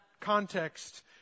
context